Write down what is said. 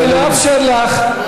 אני לא אאפשר לך.